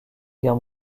guerre